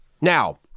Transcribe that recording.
Now